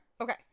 Okay